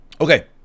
Okay